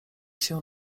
się